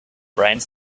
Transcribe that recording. brains